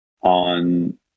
on